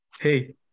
hey